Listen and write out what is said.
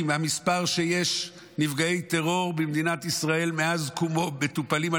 מספר נפגעי הטרור במדינת ישראל שמטופלים על ידי